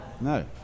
No